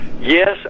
yes